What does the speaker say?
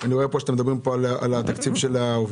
אני רואה שאתם מדברים כאן על תקציב העובדים.